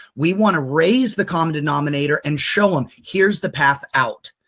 we want to raise the common denominator and show them, here's the path out.